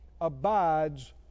abides